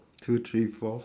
two three four